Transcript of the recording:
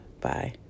bye